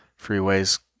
freeways